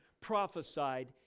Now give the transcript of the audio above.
prophesied